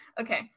okay